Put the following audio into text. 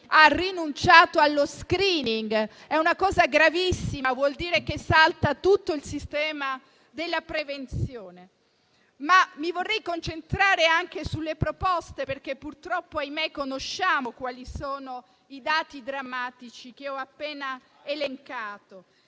ha rinunciato allo *screening*: è una cosa gravissima e vuol dire che salta tutto il sistema della prevenzione. Mi vorrei concentrare anche sulle proposte, perché purtroppo - ahimè - conosciamo quali sono i dati drammatici che ho appena elencato.